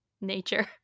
nature